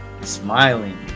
smiling